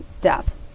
death